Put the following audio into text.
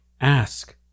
Ask